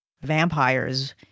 vampires